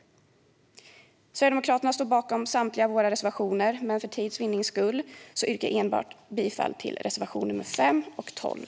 Vi i Sverigedemokraterna står bakom samtliga våra reservationer, men för tids vinnande yrkar jag bifall enbart till reservationerna nr 5 och 12.